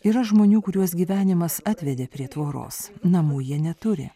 yra žmonių kuriuos gyvenimas atvedė prie tvoros namų jie neturi